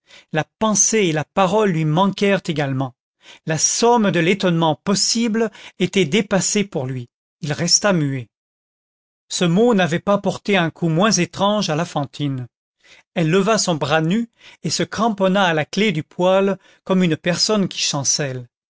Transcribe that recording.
la pensée et la parole lui manquèrent également la somme de l'étonnement possible était dépassée pour lui il resta muet ce mot n'avait pas porté un coup moins étrange à la fantine elle leva son bras nu et se cramponna à la clef du poêle comme une personne qui chancelle